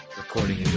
recording